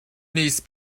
niece